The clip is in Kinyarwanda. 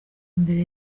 imbere